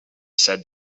said